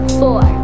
four